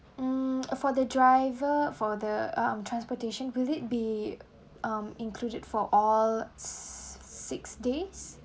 mm for the driver for the um transportation would it be um included for all six days